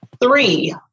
three